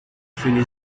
filha